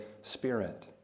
Spirit